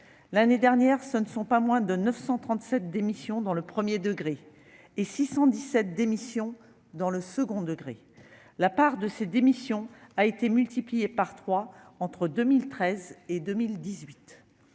l'année dernière, on ne relevait pas moins de 937 démissions dans le premier degré et 617 dans le second degré. Le nombre de ces démissions a été multiplié par trois entre 2013 et 2018